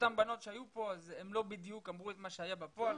שאותן בנות שהיו פה הן לא בדיוק אמרו את מה שהיה בפועל ובדקתם.